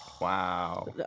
Wow